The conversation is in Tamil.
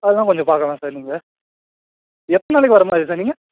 அதுலாம் கொஞ்சம் பார்க்கலாம் சார் நீங்கள் எத்தனை நாளைக்கி வர மாதிரி சார் நீங்கள்